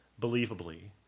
believably